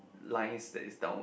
lines that is downward